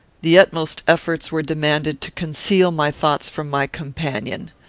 the utmost efforts were demanded to conceal my thoughts from my companion.